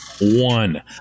one